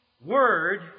word